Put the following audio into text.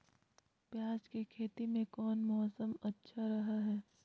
प्याज के खेती में कौन मौसम अच्छा रहा हय?